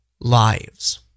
lives